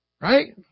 Right